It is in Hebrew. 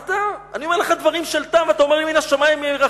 "אני אומר לך דברים של טעם ואתה אומר לי 'מן השמים ירחמו'?